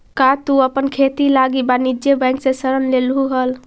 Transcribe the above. का तु अपन खेती लागी वाणिज्य बैंक से ऋण लेलहुं हल?